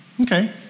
Okay